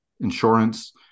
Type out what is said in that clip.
insurance